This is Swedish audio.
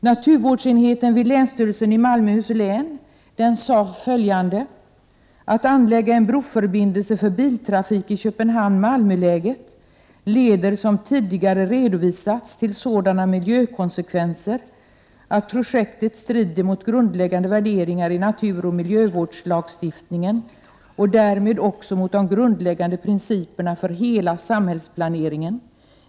Naturvårdsenheten vid länsstyrelsen i Malmöhus län sade att anläggandet av en broförbindelse för biltrafik i Köpenhamn-Malmö-läget leder till — vilket tidigare redovisats — sådana miljökonsekvenser att projektet strider emot grundläggande värderingar i naturoch miljövårdslagstiftningen och därmed också mot de grundläggande principerna för hela samhällsplaneringen.